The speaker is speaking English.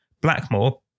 Blackmore